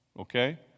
okay